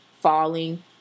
falling